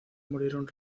murieron